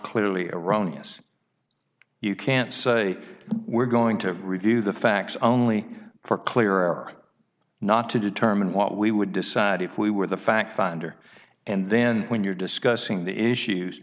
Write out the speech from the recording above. clearly erroneous you can't say we're going to review the facts only for clear or not to determine what we would decide if we were the fact finder and then when you're discussing the issues